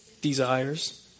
Desires